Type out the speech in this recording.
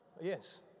Yes